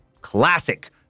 classic